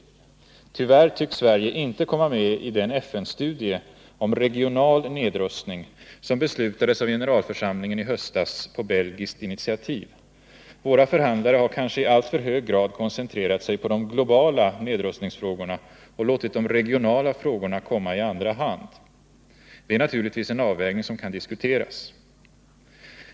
111 Tyvärr tycks Sverige inte komma med i den FN-studie om regional nedrustning som beslutades av generalförsamlingen i höstas på belgiskt initiativ. Våra förhandlare har kanske i alltför hög grad koncentrerat sig på de globala nedrustningsfrågorna och låtit de regionala frågorna komma i andra hand. Det är naturligtvis en avvägning som kan diskuteras.